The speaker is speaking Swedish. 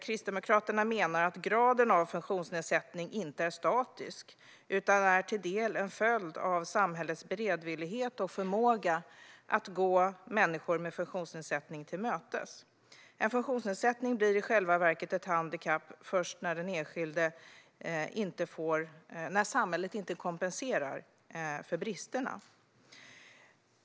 Kristdemokraterna menar att graden av funktionsnedsättning inte är statisk utan delvis är en följd av samhällets beredvillighet och förmåga att gå människor med funktionsnedsättning till mötes. En funktionsnedsättning blir i själva verket ett handikapp först när samhället inte kompenserar den enskilde för bristerna.